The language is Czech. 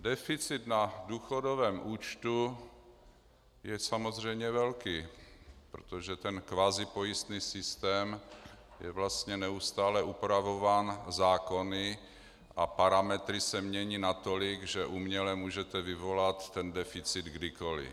Deficit na důchodovém účtu je samozřejmě velký, protože ten kvazipojistný systém je vlastně neustále upravován zákony a parametry se mění natolik, že uměle můžete vyvolat deficit kdykoli.